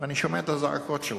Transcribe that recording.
ואני שומע את הזעקות שלך,